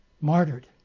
martyred